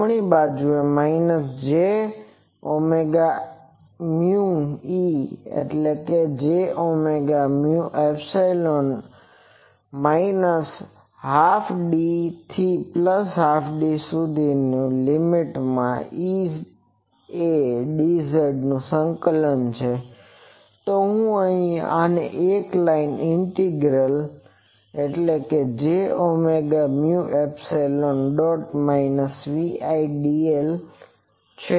જમણી બાજુએ jωμϵ d2d2EAdz J omega mu epsilon minus half d થી પ્લસ હાલ્ફ d સુધીની લીમીટ માં EA dz નું સંકલનતે શું છે આ એક line integral jωμϵ∙dl J omega mu epsilon dot minus Vi dlછે